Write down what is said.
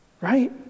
Right